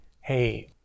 Hey